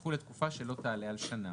שתחול לתקופה שלא תעלה על שנה,